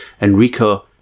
Enrico